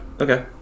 Okay